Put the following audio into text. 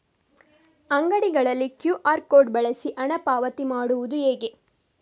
ಅಂಗಡಿಗಳಲ್ಲಿ QR code ಬಳಸಿ ಹಣ ಪಾವತಿ ಮಾಡೋದು ಹೇಗೆ?